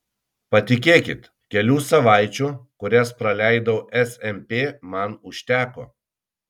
patikėkit kelių savaičių kurias praleidau smp man užteko